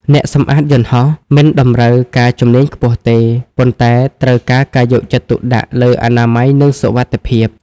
អ្នកសម្អាតយន្តហោះមិនតម្រូវការជំនាញខ្ពស់ទេ ប៉ុន្តែត្រូវការការយកចិត្តទុកដាក់លើអនាម័យនិងសុវត្ថិភាព។